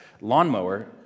lawnmower